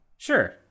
Sure